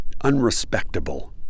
unrespectable